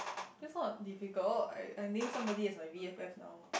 that's not difficult I I name somebody as my b_f_f now